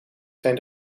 zijn